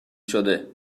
شده